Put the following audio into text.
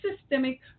systemic